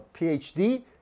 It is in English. PhD